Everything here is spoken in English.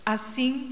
Assim